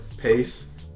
pace